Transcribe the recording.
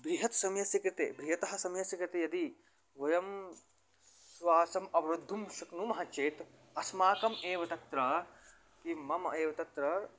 बृहत् समयस्य कृते बृहत् समयस्य कृते यदि वयं श्वासम् अवरोद्धुं शक्नुमः चेत् अस्माकम् एव तत्र किं मम एव तत्र